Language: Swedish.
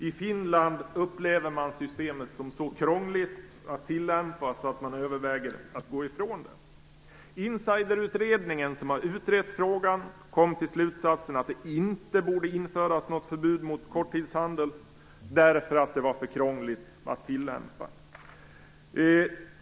I Finland upplever man systemet som så krångligt att tillämpa att man överväger att gå ifrån det. Insiderutredningen, som har utrett frågan, kom till slutsatsen att det inte borde införas något förbud mot korttidshandel, eftersom det var för krångligt att tilllämpa.